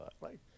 Right